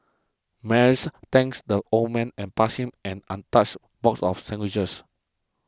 Mary's thanks the old man and passed him an untouched box of sandwiches